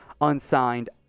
unsigned